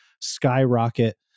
skyrocket